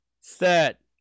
Set